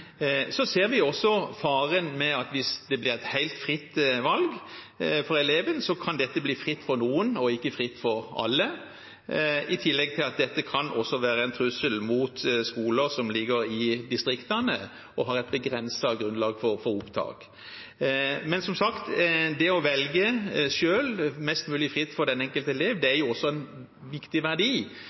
Så ser vi også faren ved at hvis det blir et helt fritt valg for eleven, kan dette bli fritt for noen og ikke fritt for alle, i tillegg til at dette også kan være en trussel mot skoler som ligger i distriktene og har et begrenset grunnlag for opptak. Men som sagt: Det å velge selv, mest mulig fritt for den enkelte elev, er også en viktig verdi.